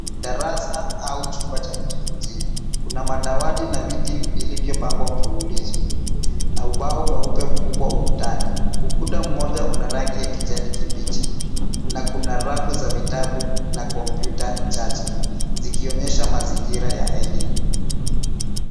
Darasa au chumba cha kujifunzia kuna madawati na viti vilivyopangwa mfululizo, na ubao mweupe mkubwa ukutani. Ukuta mmoja una rangi ya kijani kibichi, na kuna rafu za vitabu na kompyuta chache. Zikionyesha mazingira ya elimu.